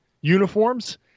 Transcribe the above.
uniforms